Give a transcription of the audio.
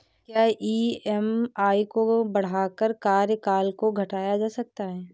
क्या ई.एम.आई को बढ़ाकर कार्यकाल को घटाया जा सकता है?